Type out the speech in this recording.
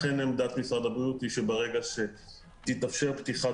לכן עמדת משרד הבריאות היא שברגע שתתאפשר פתיחת